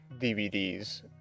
dvds